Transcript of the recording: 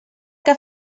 que